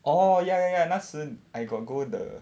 orh ya ya ya 那时 I got go the